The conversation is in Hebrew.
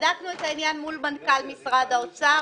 בדקנו את העניין מול מנכ"ל משרד האוצר,